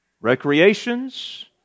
Recreations